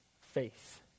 faith